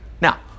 Now